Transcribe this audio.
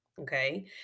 Okay